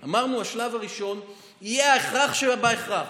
אמרנו: השלב הראשון יהיה ההכרח שבהכרח.